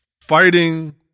fighting